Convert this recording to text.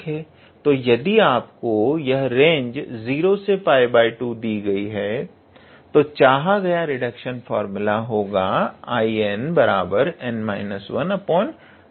तो यदि आपको यह रेंज 0 से 𝜋2 दी गई है तो चाहा गया रिडक्शन फार्मूला होगा 𝐼𝑛 n 𝐼𝑛−2